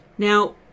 Now